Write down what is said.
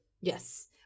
Yes